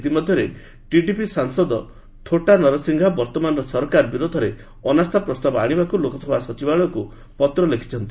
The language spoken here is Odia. ଇତିମଧ୍ୟରେ ଟିଡିପି ସାଂସଦ ଥୋଟା ନରସିଂହା ବର୍ତ୍ତମାନର ସରକାର ବିରୋଧରେ ଅନାସ୍ଥା ପ୍ରସ୍ତାବ ଆଣିବାକୁ ଲୋକସଭା ସଚିବାଳୟକୁ ପତ୍ର ଲେଖିଛନ୍ତି